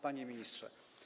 Panie Ministrze!